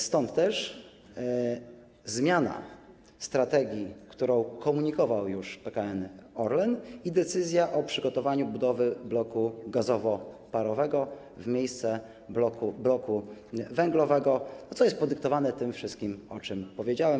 Stąd też zmiana strategii, którą komunikował już PKN Orlen, i decyzja o przygotowaniu budowy bloku gazowo-parowego w miejsce bloku węglowego, co jest podyktowane tym wszystkim, o czym powiedziałem.